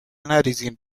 نریزیم